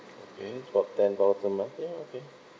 okay so upfront payment okay okay